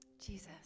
Jesus